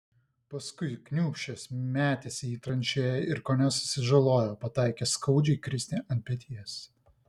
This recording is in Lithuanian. paskui kniūbsčias metėsi į tranšėją ir kone susižalojo pataikęs skaudžiai kristi ant peties